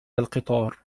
القطار